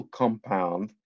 compound